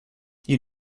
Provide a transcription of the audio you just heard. you